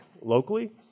locally